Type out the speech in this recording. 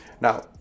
Now